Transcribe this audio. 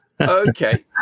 Okay